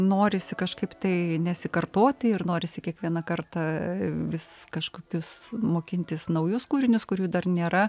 norisi kažkaip tai nesikartoti ir norisi kiekvieną kartą vis kažkokius mokintis naujus kūrinius kurių dar nėra